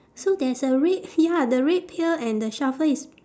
so there's a red ya the red pail and the shovel is